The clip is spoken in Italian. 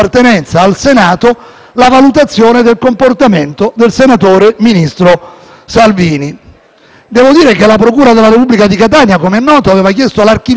Devo dire che la procura della Repubblica di Catania, come è noto, aveva chiesto l'archiviazione di questa vicenda, non ritenendo che ci fossero né reati ordinari né reati ministeriali,